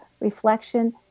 reflection